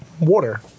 water